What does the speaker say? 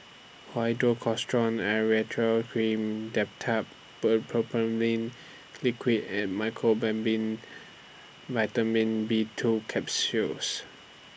Hydrocortisone Cream Dimetapp Brompheniramine Liquid and Mecobalamin Vitamin B two Capsules